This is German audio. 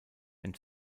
ein